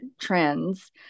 trends